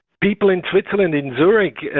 people in switzerland, in zurich,